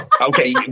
Okay